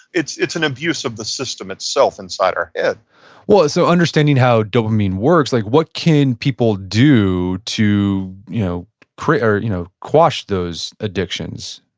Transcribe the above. it's it's an abuse of the system itself inside our head well, so, understanding how dopamine works, like what can people do to you know you know quash those addictions?